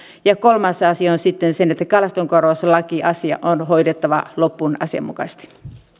ja kolmas asia on sitten se että kalastonkorvauslakiasia on hoidettava loppuun asianmukaisesti